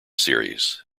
series